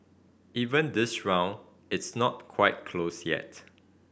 even this round it's not quite closed yet